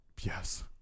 Yes